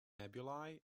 nebulae